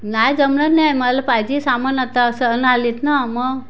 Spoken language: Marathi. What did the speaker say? नाही जमणार नाही मला पाहिजे सामान आता सण आलीत ना मग